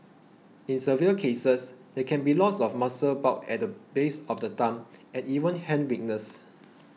in severe cases there can be loss of muscle bulk at the base of the thumb and even hand weakness